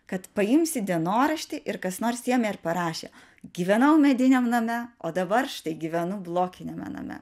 kad paimsi dienoraštį ir kas nors ėmė ir parašė gyvenau mediniam name o dabar štai gyvenu blokiniame name